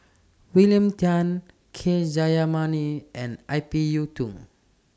William Tan K Jayamani and I P Yiu Tung